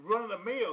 run-of-the-mill